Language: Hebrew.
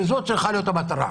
שזאת צריכה להיות המטרה.